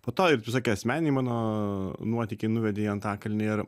po to ir visokie asmeniniai mano nuotykiai nuvedė į antakalnį ir